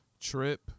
Trip